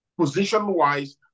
position-wise